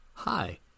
Hi